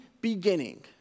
beginning